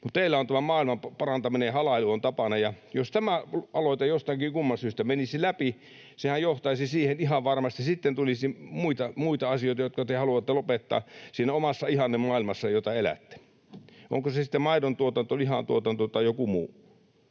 Teillä on tämä maailmanparantaminen ja halailu tapana, ja jos tämä aloite jostakin kumman syystä menisi läpi, sehän johtaisi siihen ihan varmasti, että sitten tulisi muita asioita, jotka te haluatte lopettaa siinä omassa ihannemaailmassa, jota elätte. Onko se sitten maidontuotanto, lihantuotanto tai joku muu.